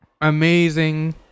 amazing